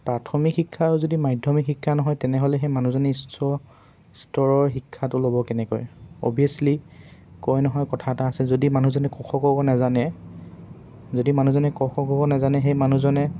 প্ৰাথমিক শিক্ষাও যদি মাধ্যমিক শিক্ষা নহয় তেনেহ'লে সেই মানুহজনে উচ্চ স্তৰৰ শিক্ষাটো ল'ব কেনেকৈ অভিয়াছলি কয় নহয় কথা এটা আছে যদি মানুহজনে ক খ গ ঘ নেজানে যদি মানুহজনে ক খ গ ঘ নেজানে সেই মানুহজনে